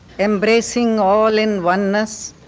embracing all in oneness,